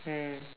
mm